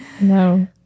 No